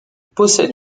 possède